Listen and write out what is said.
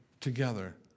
together